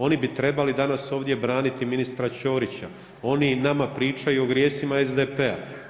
Oni bi trebali danas ovdje braniti ministra Ćorića, oni nama pričaju o grijesima SDP-a.